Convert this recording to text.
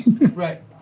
Right